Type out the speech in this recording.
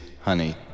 honey